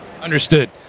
Understood